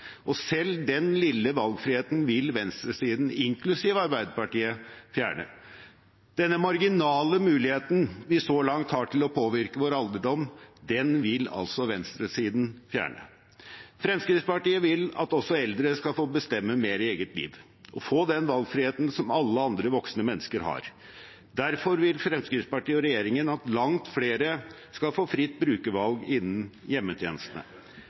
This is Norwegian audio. og selv denne lille valgfriheten vil venstresiden, inklusive Arbeiderpartiet, fjerne. Denne marginale muligheten vi så langt har til å påvirke vår alderdom, vil altså venstresiden fjerne. Fremskrittspartiet vil at også eldre skal få bestemme mer i eget liv og få den valgfriheten som alle andre voksne mennesker har. Derfor vil Fremskrittspartiet og regjeringen at langt flere skal få fritt brukervalg innen hjemmetjenestene.